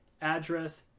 address